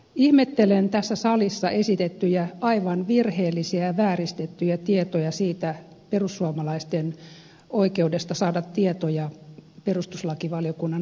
ihmettelen tässä salissa esitettyjä aivan virheellisiä ja vääristettyjä tietoja perussuomalaisten oikeudesta saada tietoja perustuslakivaliokunnan asiakirjoista